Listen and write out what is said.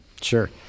Sure